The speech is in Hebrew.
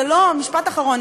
משפט אחרון,